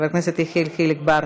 חבר הכנסת יחיאל חיליק בר,